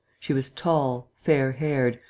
she was tall, fair-haired,